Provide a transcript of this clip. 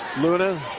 Luna